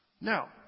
Now